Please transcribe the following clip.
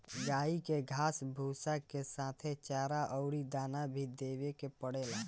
गाई के घास भूसा के साथे चारा अउरी दाना भी देवे के पड़ेला